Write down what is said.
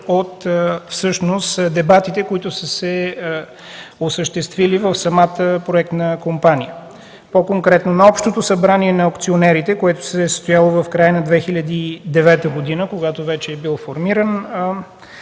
заключения и дебатите, които са се осъществили в самата проектна компания. По конкретно на Общото събрание на акционерите, което се е състояло в края на 2009 г., когато вече е бил формиран,